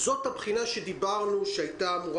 זאת הבחינה שדיברנו עליה שהייתה אמורה